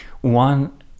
One